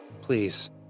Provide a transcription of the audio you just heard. Please